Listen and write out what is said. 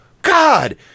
God